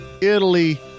Italy